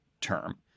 term